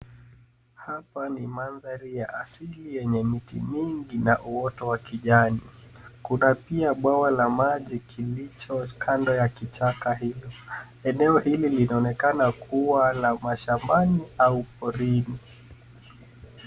Hapa ni mandhari ya asili yenye miti mingi na uoto wa kijani. Kuna pia bwawa la maji kilicho kando ya kichaka hilo. Eneo hili linaonekana kuwa la mashambani au porini.